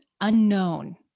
unknown